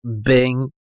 Bing